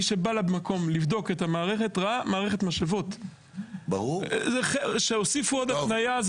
מי שבא למקום לבדוק את המערכת ראה מערכת משאבות שהוסיפו לה עוד התניה.